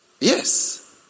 Yes